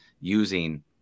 using